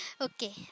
okay